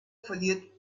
verliert